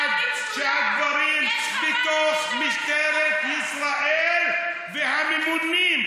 עד שהדברים בתוך משטרת ישראל והממונים,